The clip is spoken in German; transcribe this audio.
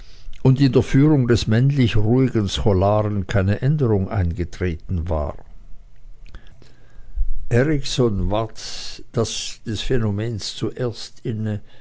und in der führung des männlich ruhigen scholaren keine änderung eingetreten war erikson ward des phänomens zuerst inne